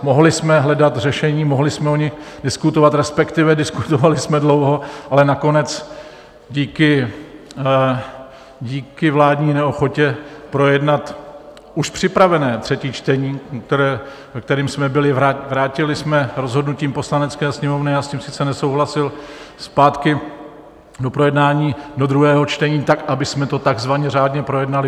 Mohli jsme hledat řešení, mohli jsme o nich diskutovat, respektive diskutovali jsme dlouho, ale nakonec díky vládní neochotě projednat už připravené třetí čtení, ve kterém jsme byli, vrátili jsme rozhodnutím Poslanecké sněmovny já s tím sice nesouhlasil zpátky do projednání do druhého čtení tak, abychom to takzvaně řádně projednali.